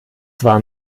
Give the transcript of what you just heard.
waren